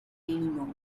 anymore